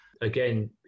Again